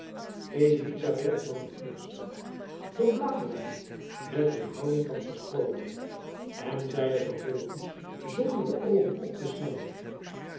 elizabeth nam het vlugschrift doorbladerde het met een houding van verstrooidheid en zeide vervolgends zonder de oogen op te slaan